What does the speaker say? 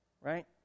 Right